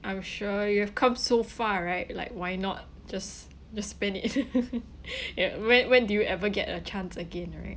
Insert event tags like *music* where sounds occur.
I'm sure you have come so far right like why not just just spend it *laughs* *breath* eh when when do you ever get a chance again right